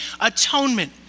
atonement